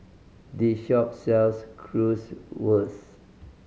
this shop sells Currywurst